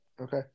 Okay